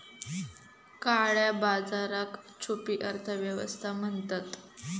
काळया बाजाराक छुपी अर्थ व्यवस्था म्हणतत